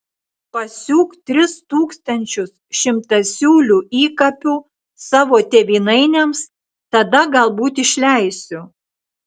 pasiūk tris tūkstančius šimtasiūlių įkapių savo tėvynainiams tada galbūt išleisiu